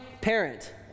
parent